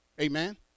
amen